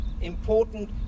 important